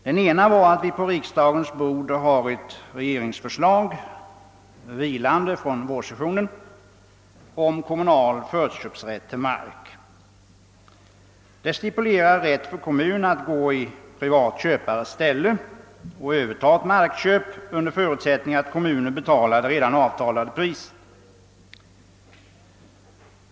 Den ena var att vi på riksdagens bord har ett regeringsförslag, vilande från vårsessionen, om kommunal förköpsrätt till mark. Det stipulerar rätt för kommun att gå i privat köpares ställe och överta ett markköp, under förutsättning att kommunen betalar redan avtalat pris.